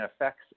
affects